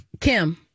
Kim